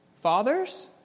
Fathers